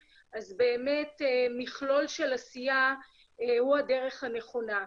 אז באמת מכלול של עשיה הוא הדרך הנכונה.